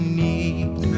need